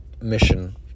mission